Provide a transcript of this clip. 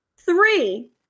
Three